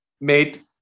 made